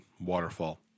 waterfall